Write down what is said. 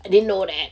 I didn't know that